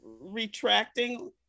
retracting